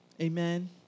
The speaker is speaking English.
amen